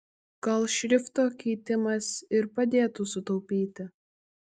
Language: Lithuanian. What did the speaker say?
gal šrifto keitimas ir padėtų sutaupyti